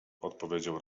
odpowiedział